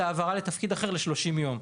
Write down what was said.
זה העברה לתפקיד אחר ל-30 יום.